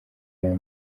real